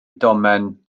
domen